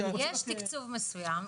עוד הפעם: יש תקצוב מסוים,